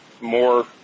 more